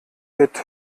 mit